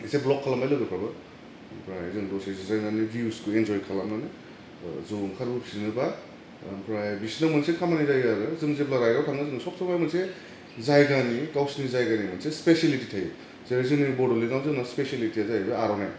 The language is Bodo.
एस ब्लक खालामबाय लोगोफ्राबो ओमफ्राय जों दसे जिरायनानै भिउसखौ इनजय खालामनानै ओह ज' ओंखारबोफिनोबा आमफ्राय बिसिनाव मोनसे खामानि जायो आरो जों जेब्ला राइडआव थाङो जों सब समाय मोनसे जायगानि गावसिनि जायगानि मोनसे स्पेसिलिटि थायो जेरै जोंनि बड'लेण्डआव जोंना स्पेसिलिटिया जाहैबाय आर'नाइ